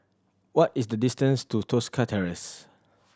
what is the distance to Tosca Terrace